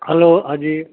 hello Haji